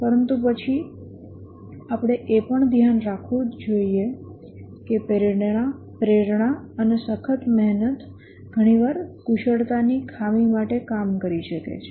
પરંતુ પછી આપણે એ પણ ધ્યાન રાખવું જ જોઇએ કે પ્રેરણા અને સખત મહેનત ઘણી વાર કુશળતાની ખામી માટે કામ કરી શકે છે